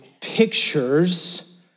pictures